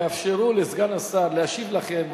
תאפשרו לסגן השר להשיב לכם,